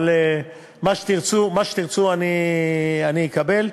אבל מה שתרצו אני אקבל.